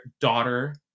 daughter